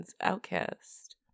outcast